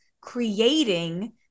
creating